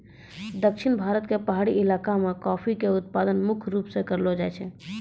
दक्षिण भारत के पहाड़ी इलाका मॅ कॉफी के उत्पादन मुख्य रूप स करलो जाय छै